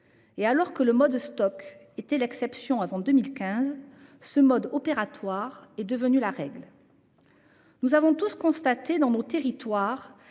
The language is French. Alors que cette pratique était l'exception avant 2015, ce mode opératoire est devenu la règle. Nous avons tous constaté dans nos territoires